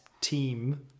team